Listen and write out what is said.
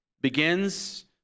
begins